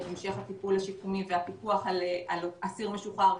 המשך הטיפול השיקומי והפיקוח על אסיר משוחרר וכדומה.